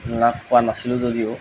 লাভ কৰা নাছিলোঁ যদিও